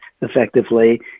effectively